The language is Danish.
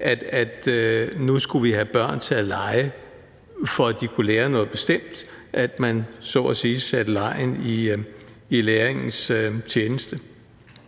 at man nu skulle have børn til at lege, for at de kunne lære noget bestemt, altså at man så at sige satte legen i læringens tjeneste.